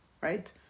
right